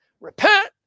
repent